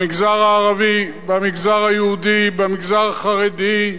במגזר הערבי, במגזר היהודי, במגזר החרדי.